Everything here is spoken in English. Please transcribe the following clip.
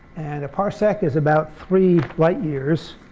and a parsec is about three light years.